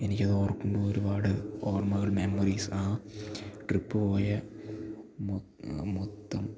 എനിക്കത് ഓർക്കുമ്പോൾ ഒരുപാട് ഓർമ്മകൾ മെമ്മറീസ് ആ ട്രിപ്പ് പോയ മൊത്തം